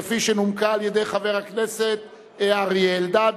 כפי שנומקה על-ידי חבר הכנסת אריה אלדד,